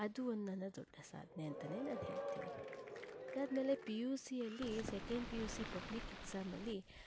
ಅದು ಒಂದು ನನ್ನ ದೊಡ್ಡ ಸಾಧನೆ ಅಂತಾನೇ ನಾನು ಹೇಳ್ತೀನಿ ಅದಾದ್ಮೇಲೆ ಪಿ ಯು ಸಿಯಲ್ಲಿ second P U C public exam ಅಲ್ಲಿ